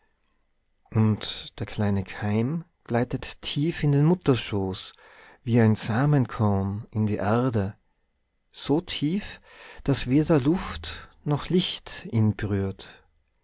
und der kleine keim gleitet tief in den mutterschoß wie ein samenkorn in die erde so tief daß weder luft noch licht ihn berührt